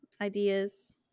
ideas